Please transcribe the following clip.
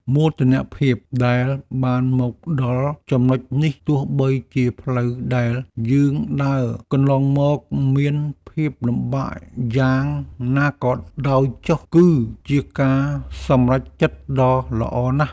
មោទនភាពដែលបានមកដល់ចំណុចនេះទោះបីជាផ្លូវដែលយើងដើរកន្លងមកមានភាពលំបាកយ៉ាងណាក៏ដោយចុះគឺជាការសម្រេចចិត្តដ៏ល្អណាស់។